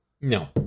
No